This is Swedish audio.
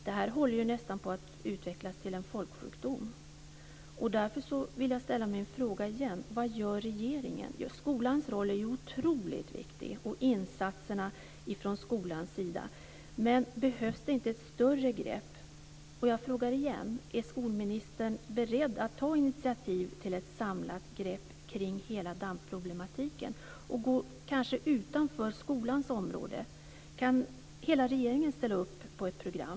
Det här håller nästan på att utvecklas till en folksjukdom. Därför vill jag återigen fråga vad regeringen gör. Skolans roll och insatserna från skolans sida är ju otroligt viktiga. Men behövs det inte ett större grepp? Jag frågar igen: Är skolministern beredd att ta initiativ till ett samlat grepp kring hela DAMP-problematiken och kanske gå utanför skolans område? Kan hela regeringen ställa upp på ett program?